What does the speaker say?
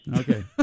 Okay